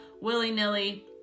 willy-nilly